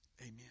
Amen